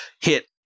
hit